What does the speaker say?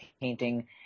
painting